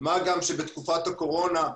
מה גם שבתקופת הקורונה,